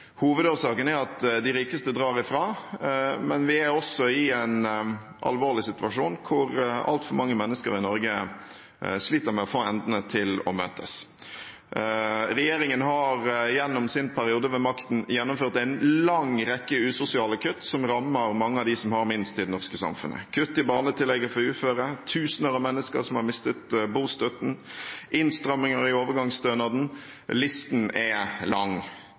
Hovedårsaken er at de rikeste drar fra, men vi er også i en alvorlig situasjon der altfor mange mennesker i Norge sliter med å få endene til å møtes. Regjeringen har i løpet av sin periode ved makten gjennomført en lang rekke usosiale kutt som rammer mange av dem som har minst i det norske samfunnet, som kutt i barnetillegget for uføre, tusener av mennesker har mistet bostøtten, innstramminger i overgangsstønaden. – Listen er lang.